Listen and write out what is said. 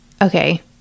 Okay